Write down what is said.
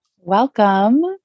Welcome